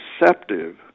receptive